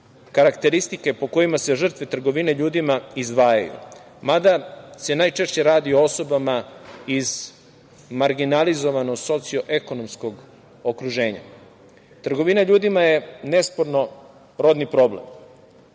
karakteristike po kojima se žrtve trgovine ljudima izdvajaju, mada se najčešće radi o osobama iz marginalizovano socio-ekonomskog okruženja. Trgovina ljudima je nesporno rodni problem.